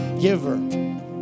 giver